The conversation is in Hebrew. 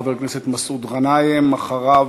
חבר הכנסת מסעוד גנאים, ואחריו,